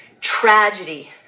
tragedy